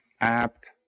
apt